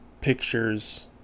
pictures